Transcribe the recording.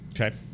Okay